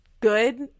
good